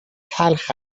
تلخ